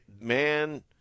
man